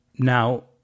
Now